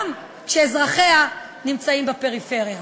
גם כשאזרחיה נמצאים בפריפריה.